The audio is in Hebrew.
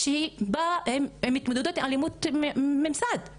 הן מתמודדות עם אלימות ממסדית,